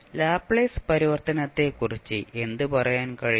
Laplace പരിവർത്തനത്തെക്കുറിച്ച് എന്ത് പറയാൻ കഴിയും